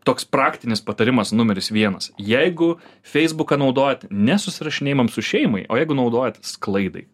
toks praktinis patarimas numeris vienas jeigu feisbuką naudojat ne susirašinėjimam su šeimai o jeigu naudojat sklaidai